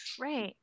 Right